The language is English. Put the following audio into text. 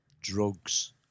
drugs